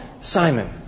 Simon